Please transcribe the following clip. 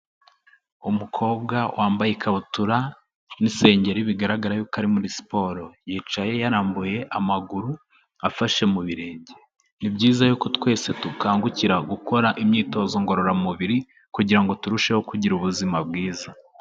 Umukobwa wambaye ikabutura n'isengeri bigaragara yuko ko ari muri siporo, yicaye yarambuye amaguru afashe mu birenge. Ni byiza yuko twese dukangukira gukora imyitozo ngororamubiri kugira ngo turusheho kugira ubuzima bwiza.